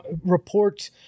reports